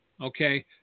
Okay